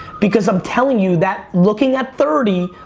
because i'm telling you that looking at thirty,